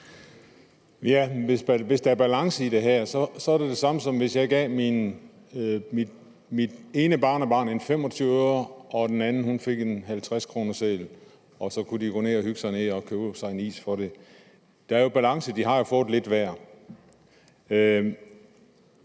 Hvis der er balance i det her, er det det samme, som hvis jeg gav mit ene barnebarn en 25-øre og den anden fik en 50-kroneseddel, og så kunne de gå ned og hygge sig og købe sig en is for pengene. Der er jo balance, de har fået lidt hver.